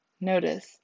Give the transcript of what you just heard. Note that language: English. Notice